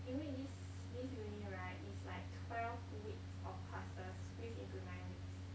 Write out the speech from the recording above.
因为 this this uni right is like twelve weeks of classes squeeze into nine weeks